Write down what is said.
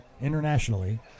internationally